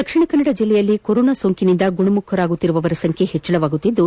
ದಕ್ಷಿಣ ಕನ್ನಡ ಜಿಲ್ಲೆಯಲ್ಲಿ ಕೊರೋನಾ ಸೋಂಕಿನಿಂದ ಗುಣಮುಖರಾಗುತ್ತಿರುವವರ ಸಂಖ್ಯೆ ಹೆಚ್ಚಳವಾಗುತ್ತಿದ್ದು